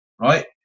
right